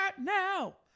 now